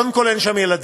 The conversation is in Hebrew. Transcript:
קודם כול, אין שם ילדים,